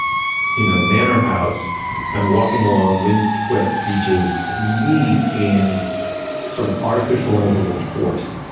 you know, manor house and walking along windswept beaches to me seemed sort of artificial and a little forced.